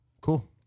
Cool